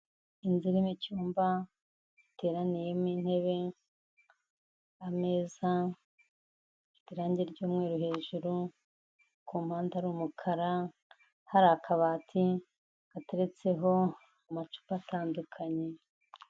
Inzu irimo icyumba giteraniyemo intebe, ameza, ifite irange ry'umweru hejuru, ku mpande ari umukara hari akabati gateretseho amacupa atandukanye.